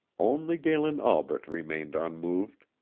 only galen albret remained unmoved.